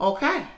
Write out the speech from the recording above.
Okay